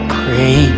pray